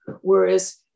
Whereas